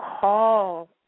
call